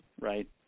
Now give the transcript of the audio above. right